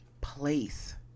place